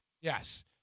Yes